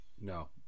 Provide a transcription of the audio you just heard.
no